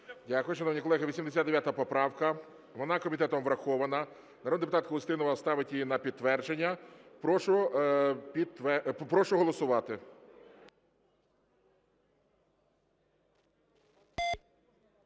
Дякую. Шановні колеги, 89 поправка, вона комітетом врахована. Народна депутатка Устінова ставить її на підтвердження. Прошу голосувати.